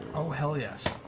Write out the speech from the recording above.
oh, hell yes.